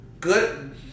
Good